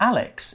Alex